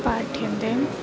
पाठ्यन्ते